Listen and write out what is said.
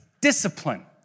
discipline